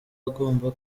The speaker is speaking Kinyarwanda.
agomba